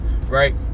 right